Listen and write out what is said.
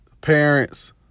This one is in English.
parents